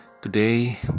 Today